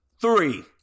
three